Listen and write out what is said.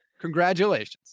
Congratulations